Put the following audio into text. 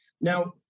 Now